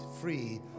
free